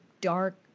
dark